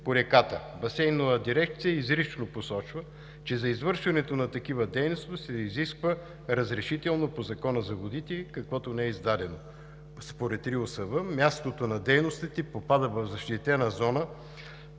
Басейнова дирекция изрично посочва, че за извършването на такива дейности се изисква разрешително по Закона за водите, каквото не е издадено. Според РИОСВ мястото на дейностите попада в защитена зона